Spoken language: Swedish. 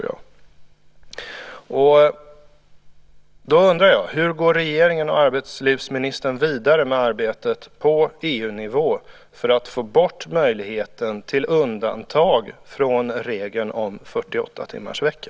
Jag undrar hur regeringen och arbetslivsministern går vidare med arbetet på EU-nivå för att få bort möjligheten till undantag från regeln om 48-timmarsvecka.